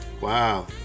Wow